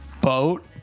boat